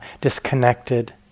disconnected